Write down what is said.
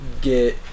get